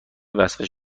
وسوسه